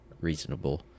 reasonable